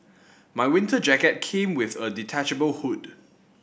my winter jacket came with a detachable hood